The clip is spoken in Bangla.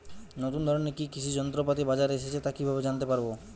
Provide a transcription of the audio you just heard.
নতুন ধরনের কি কি কৃষি যন্ত্রপাতি বাজারে এসেছে তা কিভাবে জানতেপারব?